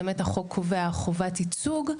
באמת החוק קובע חובת ייצוג,